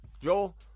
Joel